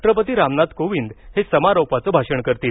राष्ट्रपती रामनाथ कोविद हे समारोपाचं भाषण करतील